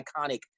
iconic